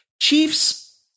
Chiefs